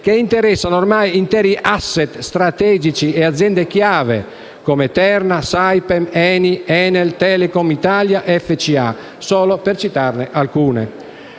che interessano ormai interi *asset* strategici e aziende chiave come Terna, Saipem, ENI, ENEL, Telecom Italia e FCA, solo per citarne alcune.